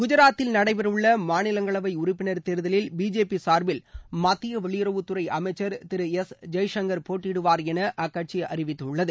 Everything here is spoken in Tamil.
குஜராத்தில் நடைபெறவுள்ள மாநிலங்களவை உறுப்பினர் தேர்தலில் பிஜேபி சார்பில் மத்திய வெளியுறவுத்துறை அமைச்சர் திரு எஸ் ஜெய்சங்கர் போட்டியிடுவார் என அக்கட்சி அறிவித்துள்ளது